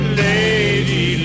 lady